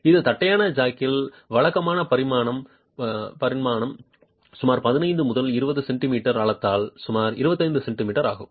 ஒரு தட்டையான ஜாக்கில் வழக்கமான பரிமாணம் சுமார் 15 முதல் 20 சென்டிமீட்டர் ஆழத்தால் சுமார் 25 சென்டிமீட்டர் ஆகும்